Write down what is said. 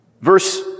Verse